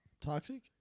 Toxic